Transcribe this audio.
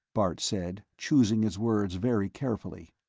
bart said, choosing his words very carefully.